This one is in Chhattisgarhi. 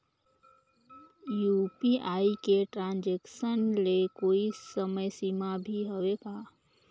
यू.पी.आई के ट्रांजेक्शन ले कोई समय सीमा भी हवे का?